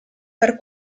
per